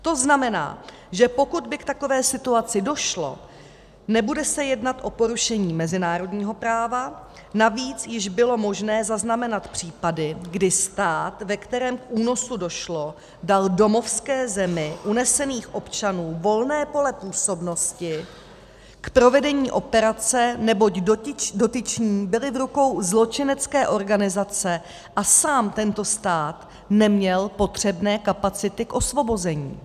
To znamená, že pokud by k takové situaci došlo, nebude se jednat o porušení mezinárodního práva, navíc již bylo možné zaznamenat případy, kdy stát, ve kterém k únosu došlo, dal domovské zemi unesených občanů volné pole působnosti k provedení operace, neboť dotyční byli v rukou zločinecké organizace a sám tento stát neměl potřebné kapacity k osvobození.